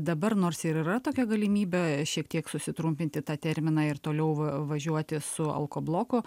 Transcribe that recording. dabar nors yra tokia galimybė šiek tiek susitrumpinti tą terminą ir toliau važiuoti su alko bloko